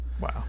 Wow